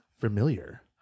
Familiar